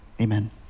Amen